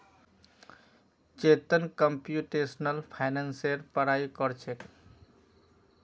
Chetan computational फाइनेंसेर पढ़ाई कर छेक